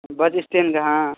بس اسٹینڈ کا ہاں